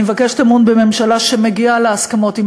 אני מבקשת אמון בממשלה שמגיעה להסכמות עם